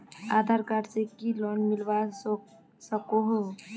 आधार card से की loan मिलवा सकोहो?